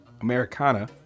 Americana